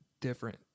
different